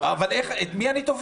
אבל די מקובל